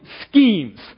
schemes